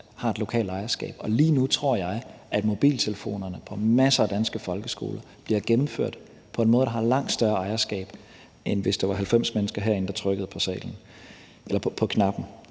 har et lokalt ejerskab. Lige nu tror jeg at spørgsmålet om mobiltelefoner på masser af danske folkeskoler bliver gennemført på en måde, der har langt større ejerskab, end hvis det var 90 mennesker herinde, der trykkede på knappen.